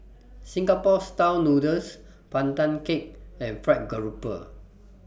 Singapore Style Noodles Pandan Cake and Fried Grouper